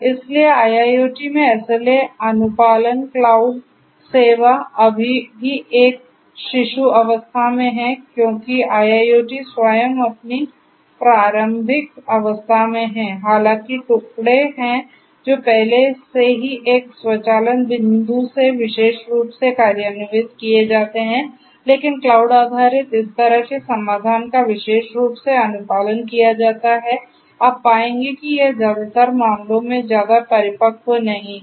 इसलिए IIoT में SLA अनुपालन क्लाउड सेवा अभी भी एक शिशु अवस्था में है क्योंकि IIoT स्वयं अपनी प्रारंभिक अवस्था में है हालांकि टुकड़े हैं जो पहले से ही एक स्वचालन बिंदु से विशेष रूप से कार्यान्वित किए जाते हैं लेकिन क्लाउड आधारित इस तरह के समाधान का विशेष रूप से अनुपालन किया जाता है आप पाएंगे कि यह ज्यादातर मामलों में ज्यादा परिपक्व नहीं है